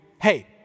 hey